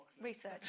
research